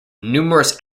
numerous